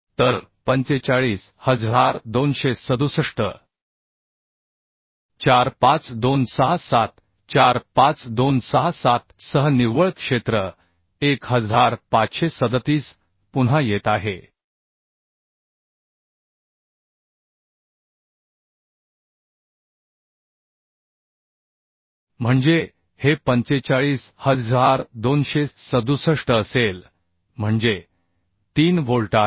तर 45267 45267 45267 सह निव्वळ क्षेत्र 1537 पुन्हा येत आहे म्हणजे हे 45267 असेल म्हणजे 3 व्होल्ट आहेत